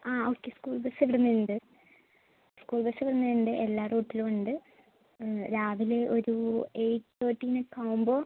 ആ okay school bus ഇവിടെ നിന്നുണ്ട് സ്കൂൾ ബസ്സ് ഇവിടെ നിന്നുണ്ട് എല്ലാ റൂട്ടിലും ഉണ്ട് രാവിലെ ഒരു എയ്റ്റ് തേർട്ടീൻ ഒക്കെ ആവുമ്പോൾ